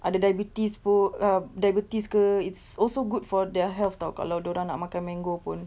ada diabetes pu~ uh diabetes ke it's also good for their health tahu kalau dia orang nak makan mango pun